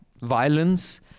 violence